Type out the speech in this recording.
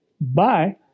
bye